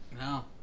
No